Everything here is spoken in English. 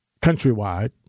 countrywide